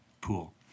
Pool